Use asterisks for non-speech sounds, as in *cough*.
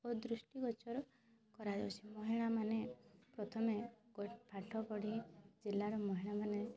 ଓ ଦୃଷ୍ଟିଗୋଚର କରାଯାଉଛି ମହିଳାମାନେ ପ୍ରଥମେ *unintelligible* ପାଠ ପଢ଼ି ଜିଲ୍ଲାର ମହିଳାମାନେ